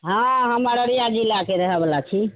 हँ हम अररिया जिलाके रहए बला छी